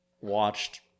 watched